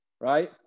right